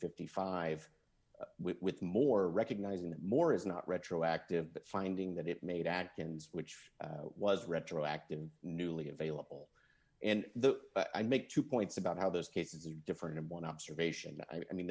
fifty five with more recognizing that more is not retroactive but finding that it made adkins which was retroactive newly available and the i make two points about how those cases are different and one observation that i mean